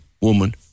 woman